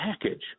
package